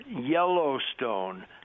Yellowstone